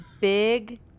Big